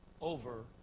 over